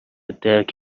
درک